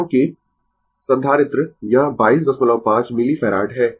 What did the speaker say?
क्योंकि संधारित्र यह 225 मिलीफैराड है